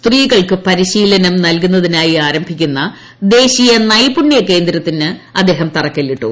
സ്ത്രീകൾക്ക് പരിശീലനം നൽകുന്നതിനായി ആരംഭിക്കുന്ന ദേശീയ നൈപുണ്യകേന്ദ്രത്തിന് അദ്ദേഹം തറക്കല്ലിട്ടു